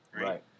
Right